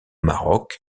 maroc